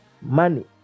Money